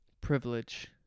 privilege